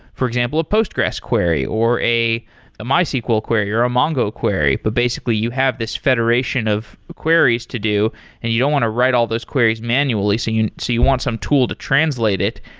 for example, a postgres query, or a a my sql query, or a mongo query. but basically you have this federation of queries to do and you don't want to write all those queries manually. so you so you want some tool to translate it.